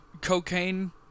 cocaine